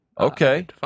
Okay